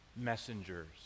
messengers